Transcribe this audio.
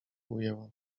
ujęła